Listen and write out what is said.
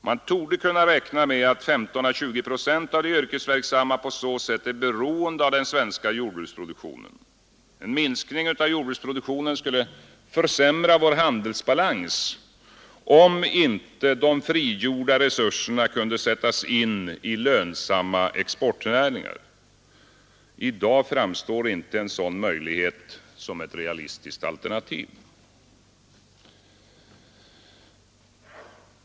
Man torde kunna räkna med att 15 å 20 procent av de yrkesverksamma på så sätt är beroende av den svenska jordbruksproduktionen. En minskning av jordbruksproduktionen skulle försämra vår handelsbalans, om inte de frigjorda resurserna kunde sättas in i lönsamma exportnäringar. I dag framstår inte en sådan möjlighet som ett realistiskt alternativ.